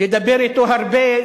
לדבר אתו הרבה,